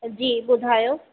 जी ॿुधायो